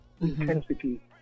intensity